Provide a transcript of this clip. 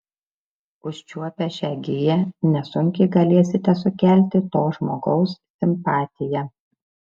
užčiuopę šią giją nesunkiai galėsite sukelti to žmogaus simpatiją